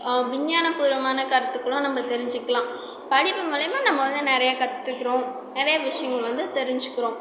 விஞ்ஞானப் பூர்வமான கருத்துக்களும் நம்ப தெரிஞ்சுக்கலாம் படிப்பு மூலியமாக நம்ம வந்து நிறையா கற்றுக்குறோம் நிறையா விஷயங்கள் வந்து தெரிஞ்சுக்கிறோம்